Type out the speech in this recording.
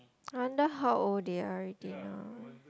I wonder how old they are already now